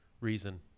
reason